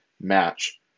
Match